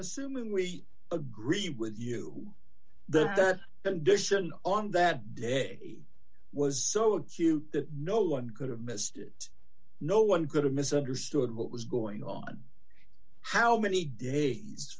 assuming we agree with you the condition on that day was so acute that no one could have missed it no one could have misunderstood what was going on how many days